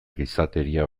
gizateria